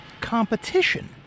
competition